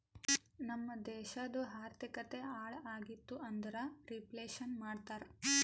ನಮ್ ದೇಶದು ಆರ್ಥಿಕತೆ ಹಾಳ್ ಆಗಿತು ಅಂದುರ್ ರಿಫ್ಲೇಷನ್ ಮಾಡ್ತಾರ